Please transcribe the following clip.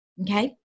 Okay